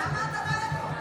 למה אתה בא לפה?